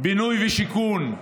בינוי ושיכון,